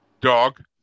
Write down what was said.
dog